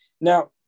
Now